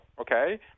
okay